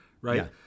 Right